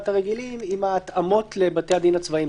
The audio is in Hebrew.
הרגילים עם ההתאמות לבתי הדין הצבאיים.